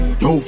yo